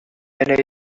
elle